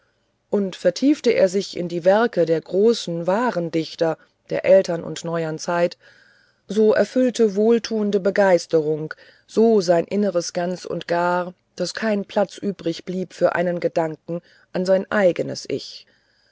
und vertiefte er sich in die werke der großen wahren dichter der ältern und neuern zeit so erfüllte wohltuende begeisterung so sein inneres ganz und gar daß kein platz übrigblieb für einen gedanken an sein eignes ich